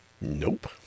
Nope